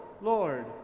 Lord